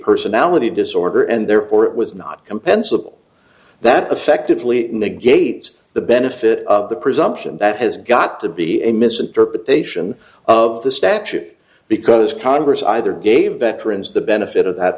personality disorder and therefore it was not compensable that effectively negates the benefit of the presumption that has got to be a misinterpretation of the statute because congress either gave veterans the benefit of that